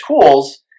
tools